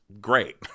great